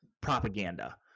propaganda